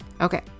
Okay